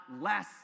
less